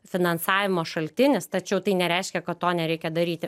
finansavimo šaltinis tačiau tai nereiškia kad to nereikia daryti